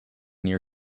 near